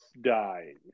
dying